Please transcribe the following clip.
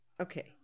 Okay